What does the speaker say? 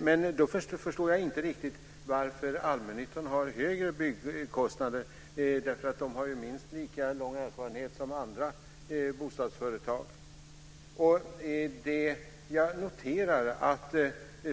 Men då förstår jag inte riktigt varför allmännyttan har högre byggkostnader. De har ju minst lika lång erfarenhet som andra bostadsföretag.